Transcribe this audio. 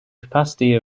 capacity